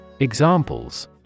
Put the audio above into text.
Examples